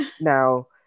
now